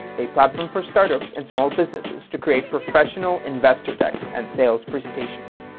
a platform for startups and small businesses to create professional investor decks and sales presentations.